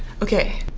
okay.